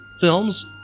Films